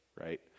right